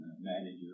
manager